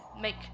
make